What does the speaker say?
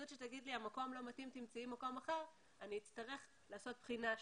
אם תיקחו קצת זום out אז נראה.